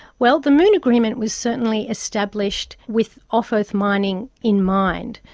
well, the moon agreement was certainly established with off-earth mining in mind.